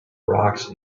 rocks